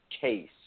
case